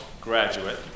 graduate